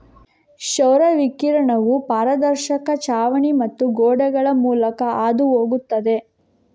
ಸೌರ ವಿಕಿರಣವು ಪಾರದರ್ಶಕ ಛಾವಣಿ ಮತ್ತು ಗೋಡೆಗಳ ಮೂಲಕ ಹಾದು ಹೋಗುತ್ತದೆ